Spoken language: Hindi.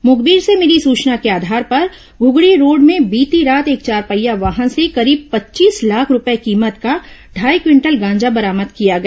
मुखबिर से मिली सूचना के आधार पर घूघड़ी रोड में बीती रात एक चारपहिया वाहन से करीब पच्चीस लाख रूपये कीमत का ढाई क्विंटल गांजा बरामद किया गया